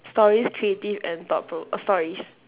stories creative and thought provo~ stories